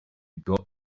got